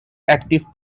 active